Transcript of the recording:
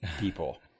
people